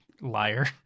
liar